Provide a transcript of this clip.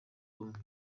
ubumwe